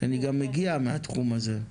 אני גם מגיע מהתחום הזה.